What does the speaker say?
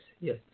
yes